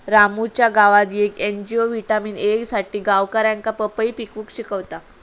रामूच्या गावात येक एन.जी.ओ व्हिटॅमिन ए साठी गावकऱ्यांका पपई पिकवूक शिकवता